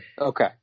okay